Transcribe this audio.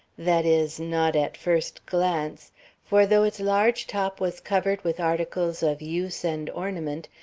that is, not at first glance for though its large top was covered with articles of use and ornament,